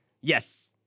Yes